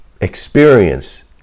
experience